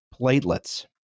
platelets